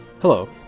Hello